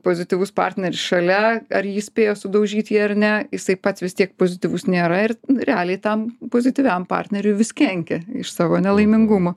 pozityvus partneris šalia ar ji spėjo sudaužyt jį ar ne jisai pats vis tiek pozityvus nėra ir realiai tam pozityviam partneriui vis kenkia iš savo nelaimingumo